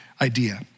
idea